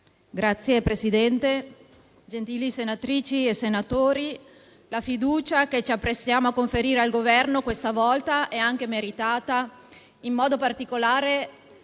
Signor Presidente, gentili senatrici e senatori, la fiducia che ci apprestiamo a conferire al Governo questa volta è anche meritata, in modo particolare,